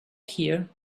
here